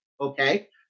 Okay